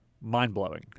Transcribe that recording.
mind-blowing